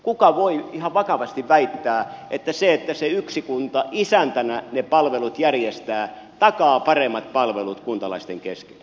kuka voi ihan vakavasti väittää että se että se yksi kunta isäntänä ne palvelut järjestää takaa paremmat palvelut kuntalaisten kesken